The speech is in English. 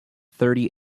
thirty